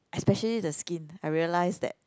especially the skin I realize that